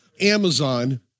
Amazon